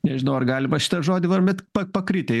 nežinau ar galima šitą žodį var bet pa pakritę